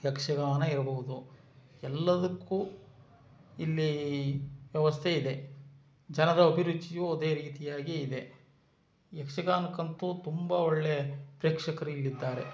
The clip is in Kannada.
ಯಕ್ಷಗಾನ ಇರ್ಬಹುದು ಎಲ್ಲದಕ್ಕೂ ಇಲ್ಲಿ ವ್ಯವಸ್ಥೆ ಇದೆ ಜನರ ಅಭಿರುಚಿಯೂ ಅದೇ ರೀತಿಯಾಗಿಯೇ ಇದೆ ಯಕ್ಷಗಾನಕ್ಕಂತೂ ತುಂಬ ಒಳ್ಳೆಯ ಪ್ರೇಕ್ಷಕರಿಲ್ಲಿದ್ದಾರೆ